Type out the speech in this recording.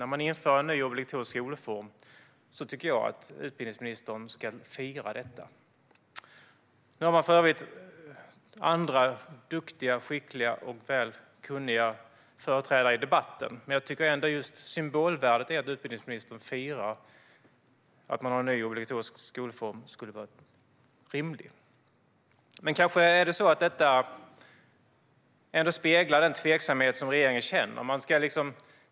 När man inför en ny obligatorisk skolform tycker jag att utbildningsministern ska fira detta. Nu har man visserligen andra viktiga, skickliga och kunniga företrädare här i debatten, men jag tycker ändå att det skulle vara rimligt just för symbolvärdet om utbildningsministern firade att man har en ny obligatorisk skolform. Men kanske speglar detta ändå den tveksamhet som regeringen känner.